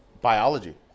biology